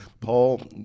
Paul